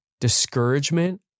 discouragement